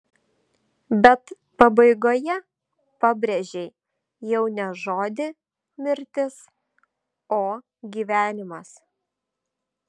bet pabaigoje pabrėžei jau ne žodį mirtis o gyvenimas